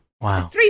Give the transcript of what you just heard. Wow